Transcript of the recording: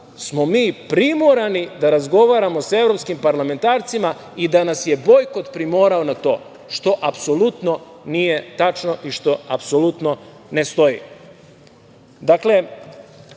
smo mi primorani da razgovaramo sa evropskim parlamentarcima i da nas je bojkot primorao na to, što apsolutno nije tačno i što apsolutno ne stoji. Tokom